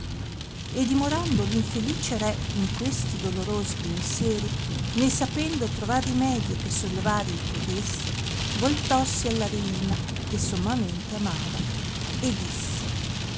e dimorando l infelice re in questi dolorosi pensieri né sapendo trovar rimedio che sollevar il potesse voltossi alla reina che sommamente amava e disse